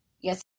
yes